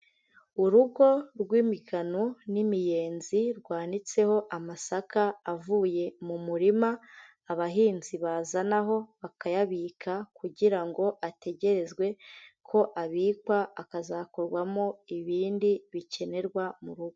Urugo rw'imigano n'imiyenzi rwanitseho amasaka avuye mu murima abahinzi bazana aho bakayabika kugira ngo ategerezwe ko abikwa akazakorwamo ibindi bikenerwa mu rugo.